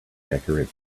decorate